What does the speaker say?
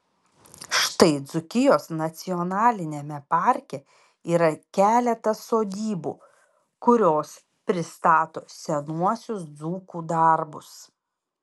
štai dzūkijos nacionaliniame parke yra keletas sodybų kurios pristato senuosius dzūkų darbus